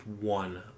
one